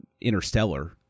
interstellar